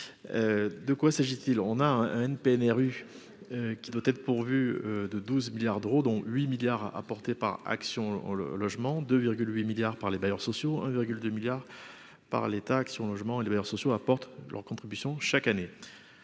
de quoi s'agit-il, on a un NPNRU qui doit être pourvu de 12 milliards d'euros, dont 8 milliards apportés par action le logement de 8 milliards par les bailleurs sociaux 1 virgule 2 milliards par l'État qui ont logement et les bailleurs sociaux apportent leur contribution chaque année